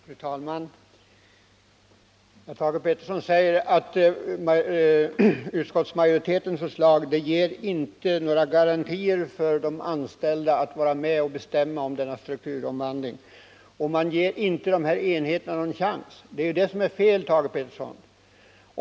Fru talman! Thage Peterson säger att utskottsmajoritetens förslag inte ger några garantier för de anställda att vara med och bestämma om strukturomvandlingen och att man inte ger enheterna någon chans. Det är fel, Thage Peterson.